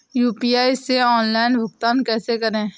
UPI से online भुगतान कैसे करें?